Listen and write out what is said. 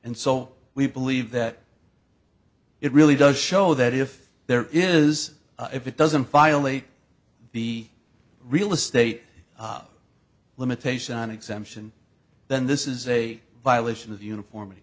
and so we believe that it really does show that if there is if it doesn't violate be real estate limitation on exemption then this is a violation of uniform